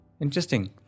Interesting